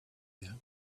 year